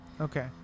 Okay